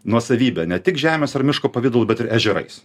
nuosavybę ne tik žemės ar miško pavidalu bet ir ežerais